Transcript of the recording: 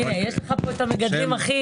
אני מבין שכל מה שלא נכנס לסטנדרט הקמעונאי,